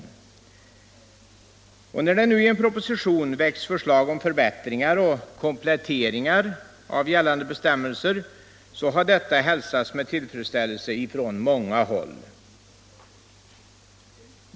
Och när man nu i en proposition väckt förslag om förbättringar och kompletteringar av gällande bestämmelser, har detta hälsats med tillfredsställelse från många håll.